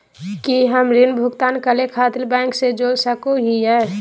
की हम ऋण भुगतान करे खातिर बैंक से जोड़ सको हियै?